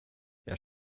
jag